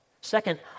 Second